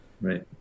right